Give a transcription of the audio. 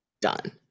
done